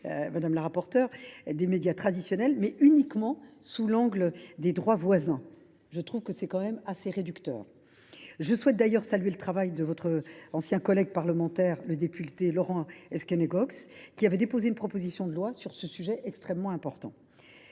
modèle économique des médias traditionnels, mais uniquement sous l’angle des droits voisins, ce qui est assez réducteur. Je souhaite d’ailleurs saluer le travail de votre ancien collègue parlementaire, le député Laurent Esquenet Goxes, qui avait déposé une proposition de loi sur ce sujet très important.